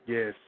Yes